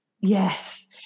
Yes